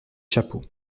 chapeaux